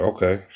Okay